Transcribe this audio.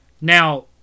Now